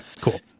cool